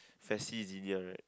faci Xenia right